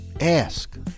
Ask